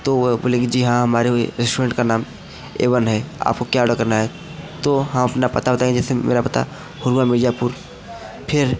तो वह बोलेंगे जी हाँ हमारे रेस्टोरेंट का नाम एवन है आपको क्या ऑर्डर करना है तो हम अपना पता बताएंगे जैसे मेरा पता होगा मिर्ज़ापुर फ़िर